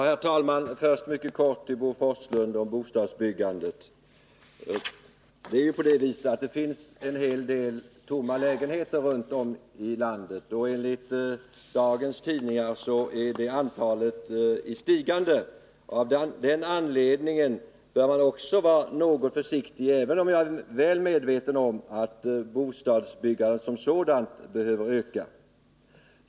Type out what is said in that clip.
Herr talman! Först mycket kort till Bo Forslund om bostadsbyggandet. Det finns en hel del tomma lägenheter runt om i landet, och enligt dagens tidningar är antalet i stigande. Av den anledningen bör man också vara något försiktig, även om jag är väl medveten om att bostadsbyggandet som sådant behöver öka.